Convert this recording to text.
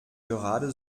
gerade